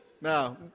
Now